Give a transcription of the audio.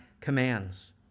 commands